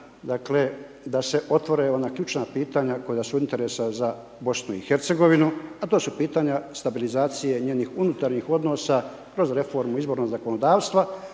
da se otvore ona ključna pitanja koja su od interesa za BIH, a to su pitanja stabilizacije njenih unutarnjih odnosa kroz reformu izbornog zakonodavstva,